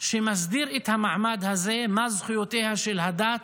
שמסדיר את המעמד הזה, מה זכויותיה של הדת,